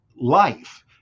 life